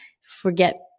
forget